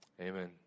Amen